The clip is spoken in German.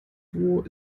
duo